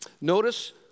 Notice